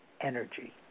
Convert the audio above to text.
energy